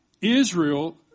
Israel